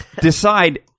decide